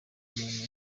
umuntu